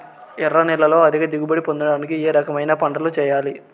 ఎర్ర నేలలో అధిక దిగుబడి పొందడానికి ఏ రకమైన పంటలు చేయాలి?